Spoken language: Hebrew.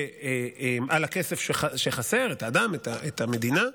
את המדינה,